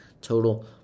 total